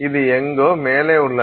இது எங்கோ மேலே உள்ளது